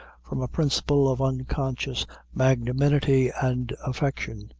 from a principle of unconscious magnanimity and affection,